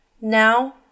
Now